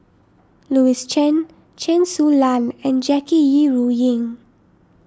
Louis Chen Chen Su Lan and Jackie Yi Ru Ying